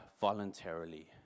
voluntarily